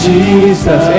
Jesus